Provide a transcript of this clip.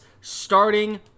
starting